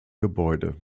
gebäude